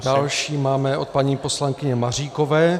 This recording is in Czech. Další máme od paní poslankyně Maříkové.